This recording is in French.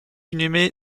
inhumé